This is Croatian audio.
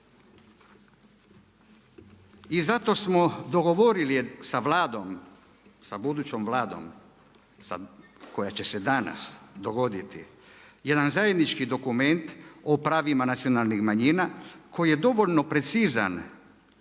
i zato smo dogovorili sa Vladom, sa budućom Vladom koja će se danas dogoditi jedan zajednički dokument o pravima nacionalnih manjina koji je dovoljno precizan